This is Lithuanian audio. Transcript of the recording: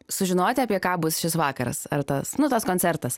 sužinoti apie ką bus šis vakaras ar tas nu tas koncertas